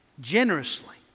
Generously